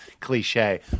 cliche